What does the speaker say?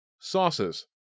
Sauces